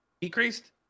decreased